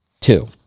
Two